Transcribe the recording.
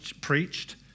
preached